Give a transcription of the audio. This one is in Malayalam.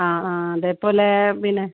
ആ ആ അതേപോലെ പിന്നെ